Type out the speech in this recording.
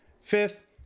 fifth